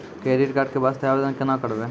Credit card के वास्ते आवेदन केना करबै?